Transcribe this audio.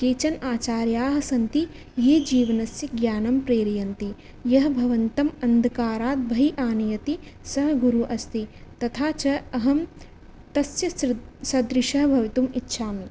केचन आचार्याः सन्ति ये जीवनस्य ज्ञानं प्रेरयन्ति यः भवन्तम् अन्धकारात् बहिः आनयति सः गुरुः अस्ति तथा च अहं तस्य सदृशः भवितुमिच्छामि